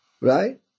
right